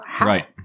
Right